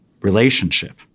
relationship